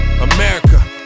America